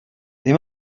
they